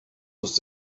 was